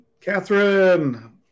Catherine